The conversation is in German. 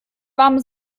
warme